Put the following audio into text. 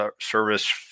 service